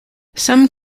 some